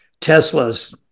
Teslas